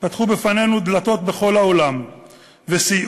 פתחו בפנינו דלתות בכל העולם וסייעו